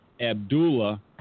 Abdullah